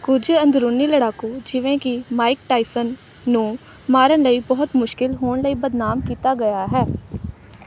ਕੁਝ ਅੰਦਰੂਨੀ ਲੜਾਕੂ ਜਿਵੇਂ ਕਿ ਮਾਈਕ ਟਾਇਸਨ ਨੂੰ ਮਾਰਨ ਲਈ ਬਹੁਤ ਮੁਸ਼ਕਲ ਹੋਣ ਲਈ ਬਦਨਾਮ ਕੀਤਾ ਗਿਆ ਹੈ